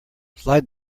slide